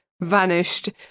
vanished